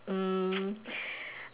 mm